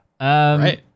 Right